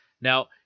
Now